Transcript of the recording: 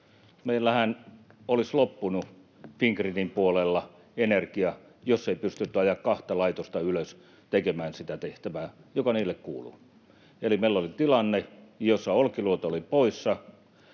meillähän olisi loppunut Fingridin puolella energia, jos ei olisi pystytty ajamaan kahta laitosta ylös tekemään sitä tehtävää, joka niille kuuluu. Eli meillä oli tilanne, jossa Olkiluoto oli poissa